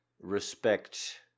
respect